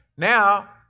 Now